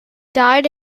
died